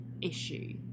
issue